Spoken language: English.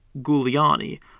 Guliani